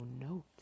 note